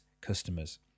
customers